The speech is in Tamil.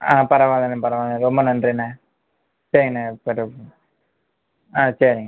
ஆ பரவாயிலண்ணே பரவாயிலண்ணே ரொம்ப நன்றிண்ணே சரிண்ணே பெட்ரோல் பங்க் ஆ சரிங்கண்ணே